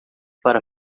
para